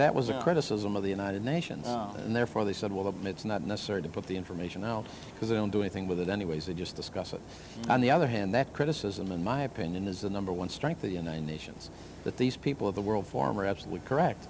that was a criticism of the united nations and therefore they said well them it's not necessary to put the information out because they don't do anything with it anyways they just discuss it on the other hand that criticism in my opinion is the number one strength of the united nations that these people of the world former absolutely correct